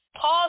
Pause